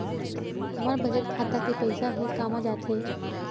हमर बचत खाता के पईसा हे कामा जाथे?